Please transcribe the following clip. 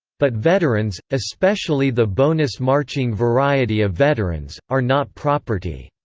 but veterans, especially the bonus-marching variety of veterans, are not property.